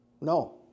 No